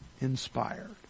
inspired